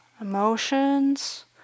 emotions